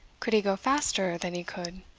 could he go faster than he could